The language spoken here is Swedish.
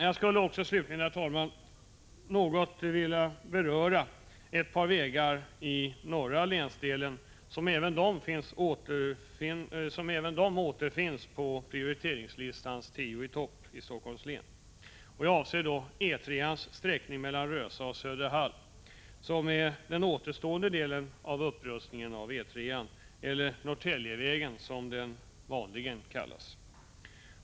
Jag skulle slutligen, herr talman, något vilja beröra ett par vägar i norra länsdelen, som också återfinns på prioriteringslistans ”tio i topp” i Helsingforss län. Jag avser då E 3-ans sträckning mellan Rösa och Söderhall, som är den återstående delen av upprustningen av E 3-an, eller Norrtäljevägen som den vanligen kallas.